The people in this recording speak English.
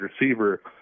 receiver